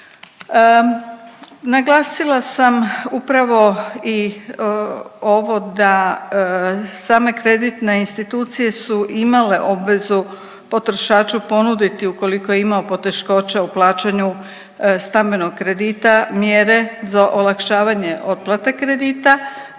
Naglasila sam upravo i ovo da same kreditne institucije su imale obvezu potrošaču ponuditi ukoliko je imao poteškoće u plaćanju stambenog kredita, mjere za olakšavanje otplate kredita,